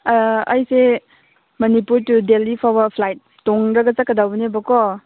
ꯑꯩꯁꯦ ꯃꯅꯤꯄꯨꯔ ꯇꯨ ꯗꯦꯜꯂꯤ ꯐꯥꯎꯕ ꯐ꯭ꯂꯥꯏꯠ ꯇꯣꯡꯂꯒ ꯆꯠꯀꯗꯧꯕꯅꯦꯕꯀꯣ